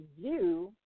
view